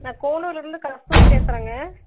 நான் கோளூர்லேருந்து கஸ்தூரி பேசுகிறேங்க